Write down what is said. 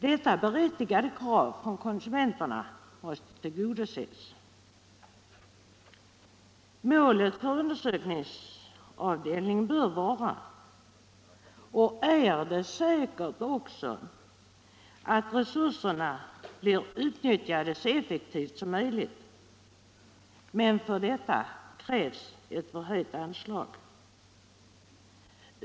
Detta berättigade krav från konsumenterna måste tillgodoses. Målet för undersökningsavdelningen bör vara — och är det säkert också — att resurserna blir utnyttjade så effektivt som möjligt. Men för detta krävs ett förhöjt anslag.